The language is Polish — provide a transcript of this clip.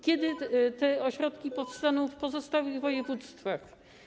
Kiedy te ośrodki powstaną w pozostałych województwach?